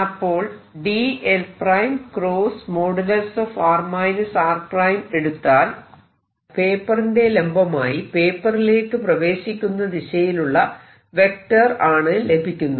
അപ്പോൾ dl′ |r r′| എടുത്താൽ പേപ്പറിന്റെ ലംബമായി പേപ്പറിലേക്ക് പ്രവേശിക്കുന്ന ദിശയിലുള്ള വെക്റ്റർ ആണ് ലഭിക്കുന്നത്